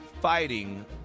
fighting